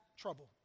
trouble